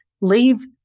leave